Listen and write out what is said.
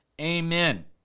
amen